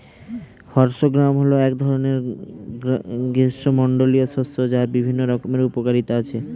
horse gram হল এক ধরনের গ্রীষ্মমণ্ডলীয় শস্য যার বিভিন্ন রকমের উপকারিতা আছে